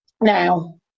now